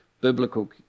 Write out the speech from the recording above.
biblical